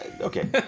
Okay